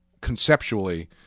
conceptually